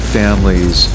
families